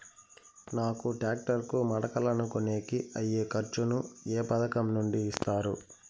నాకు టాక్టర్ కు మడకలను కొనేకి అయ్యే ఖర్చు ను ఏ పథకం నుండి ఇస్తారు?